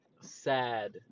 sad